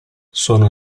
sono